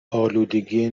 آلودگی